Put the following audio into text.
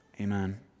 Amen